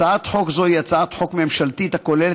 הצעת חוק זו היא הצעת חוק ממשלתית הכוללת